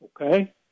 okay